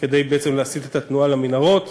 כדי להסיט את התנועה למנהרות.